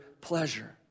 pleasure